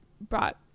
brought